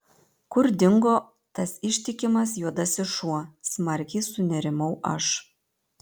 kur dingo tas ištikimas juodasis šuo smarkiai sunerimau aš